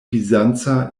bizanca